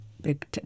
big